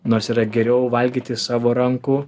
nors yra geriau valgyti savo rankų